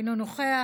אינו נוכח,